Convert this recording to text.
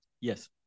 Yes